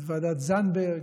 את ועדת זנדברג,